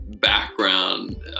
background